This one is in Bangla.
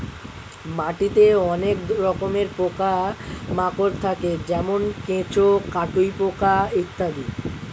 মাটিতে অনেক রকমের পোকা মাকড় থাকে যেমন কেঁচো, কাটুই পোকা ইত্যাদি